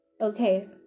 Okay